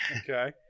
Okay